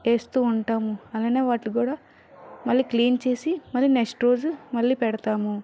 వేస్తూ ఉంటాము అలానే వాటికీ కూడా మళ్ళీ క్లీన్ చేసి మళ్ళీ నెక్స్ట్ రోజు మళ్ళి పెడతాము